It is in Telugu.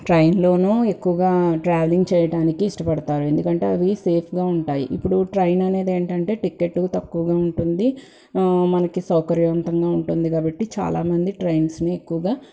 ట్రైన్లోనూ ఎక్కువగా ట్రావెలింగ్ చేయడానికి ఇష్టపడతారు ఎందుకంటే అవి సేఫ్గా ఉంటాయి ఇప్పుడు ట్రైన్ అనేదేంటంటే టికెట్టు తక్కువగా ఉంటుంది మనకి సౌకర్యవంతంగా ఉంటుంది కాబట్టి చాలా మంది ట్రైన్స్ని ఎక్కువగా